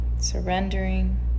Surrendering